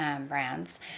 brands